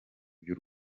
by’u